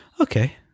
okay